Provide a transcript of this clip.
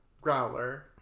growler